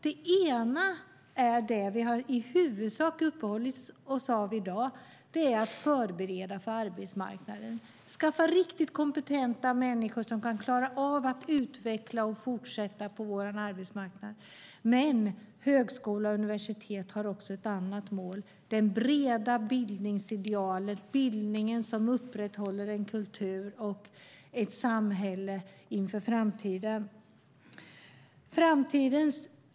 Det ena är det som vi i huvudsak har uppehållit oss vid i dag: att förbereda inför arbetsmarknaden, att skaffa riktigt kompetenta människor som kan klara av att utveckla och fortsätta på vår arbetsmarknad. Men högskola och universitet har också ett annat mål: det breda bildningsidealet, bildningen som upprätthåller en kultur och ett samhälle inför framtiden.